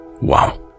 Wow